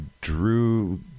drew